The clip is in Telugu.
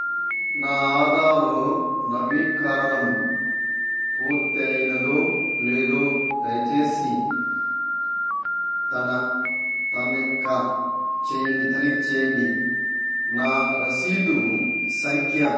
నా ఆధారు నవీకరణ పూర్తయినదో లేదో దయచేసి తన తనిఖీ చేయండి తనిఖీ చేయండి నా రసీదు సంఖ్య